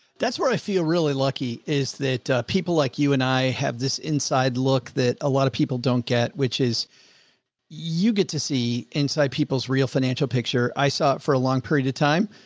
that's where i feel really lucky is that, ah, people like you and i have this inside look that a lot of people don't get which is you get to see inside people's real financial picture. i saw it for a long period of time.